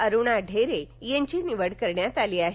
अरुणा ढेरे यांची निवड करण्यात आली आहे